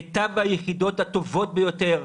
מיטב היחידות הטובות ביותר,